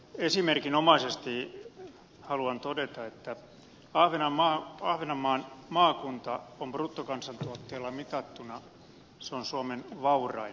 esimerkinomaisesti haluan todeta että ahvenanmaan maakunta on bruttokansantuotteella mitattuna suomen vaurain maakunta